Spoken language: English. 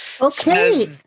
Okay